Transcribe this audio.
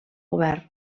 govern